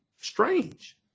strange